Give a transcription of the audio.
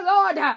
Lord